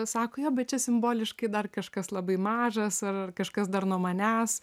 sako jo bet čia simboliškai dar kažkas labai mažas ar ar kažkas dar nuo manęs